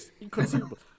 Inconceivable